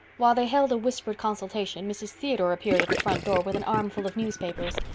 while they held a whispered consultation mrs. theodore appeared at the front door with an armful of newspapers.